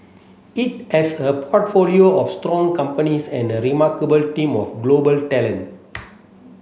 it has a portfolio of strong companies and a remarkable team of global talent